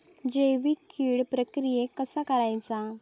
जैविक कीड प्रक्रियेक कसा करायचा?